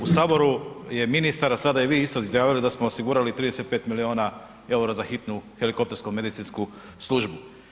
U Saboru je ministar, a sada i vi izjavio da smo osigurali 35 milijuna eura za hitnu helikoptersku medicinsku službu.